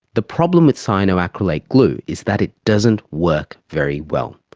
the problem with cyanoacrylate glue is that it doesn't work very well.